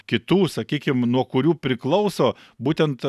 kitų sakykim nuo kurių priklauso būtent